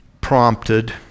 prompted